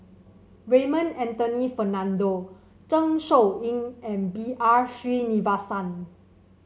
Raymond Anthony Fernando Zeng Shouyin and B R Sreenivasan